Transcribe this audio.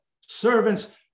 servants